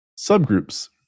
subgroups